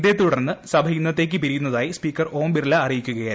ഇതേ തുടർന്ന് സഭ ഇന്നത്തേക്ക് പിരിയുന്നതായി സ്പീക്കർ ഓം ബിർള അറിയിക്കുകയായിരുന്നു